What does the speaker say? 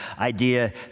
idea